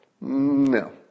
no